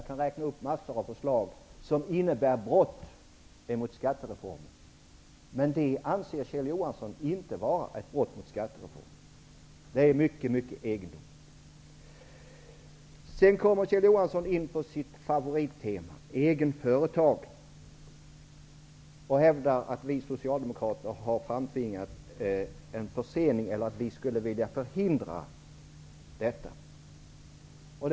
Jag kan räkna upp massor med förslag som innebär brott mot skattereformen. Men dessa anser Kjell Johansson inte vara brott mot skattereformen. Det är mycket egendomligt. Sedan kommer Kjell Johansson in på sitt favorittema, egenföretag. Han hävdar att vi socialdemokrater har framtvingat en försening eller att vi skulle vilja förhindra en förändring.